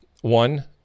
one